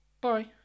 Bye